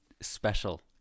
special